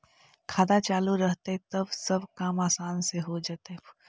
खाता चालु रहतैय तब सब काम आसान से हो जैतैय?